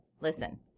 Listen